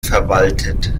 verwaltet